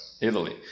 Italy